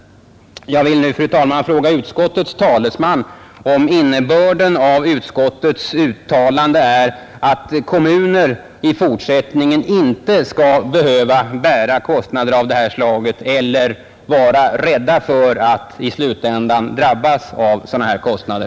Jag vill nu, fru talman, fråga utskottets talesman om innebörden av utskottets uttalande är att kommuner i fortsättningen inte skall behöva vara rädda för att förskottsvis eller slutligt drabbas av sådana här kostnader.